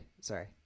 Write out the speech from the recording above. sorry